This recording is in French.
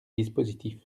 dispositif